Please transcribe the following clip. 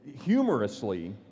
humorously